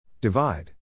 Divide